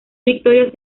victorias